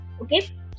okay